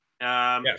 Yes